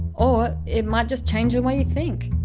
or, it might just change the way you think.